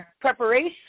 preparation